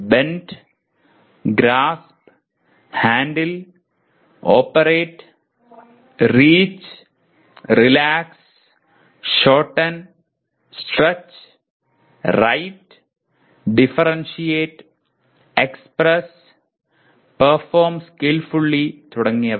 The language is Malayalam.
bend grasp handle operate reach relax shorten stretch write differentiate express perform skillfully തുടങ്ങിയവ